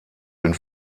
den